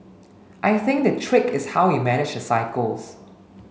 I think the trick is how we manage the cycles